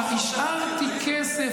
השארתי כסף.